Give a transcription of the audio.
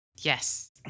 Yes